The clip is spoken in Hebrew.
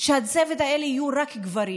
שבצוות הזה יהיו רק גברים.